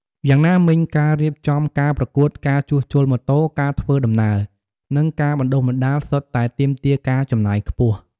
យ៉ាងណាមិញការរៀបចំការប្រកួត ការជួសជុលម៉ូតូ ការធ្វើដំណើរ និងការបណ្តុះបណ្តាលសុទ្ធតែទាមទារការចំណាយខ្ពស់។